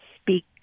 speak